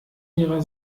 ihrer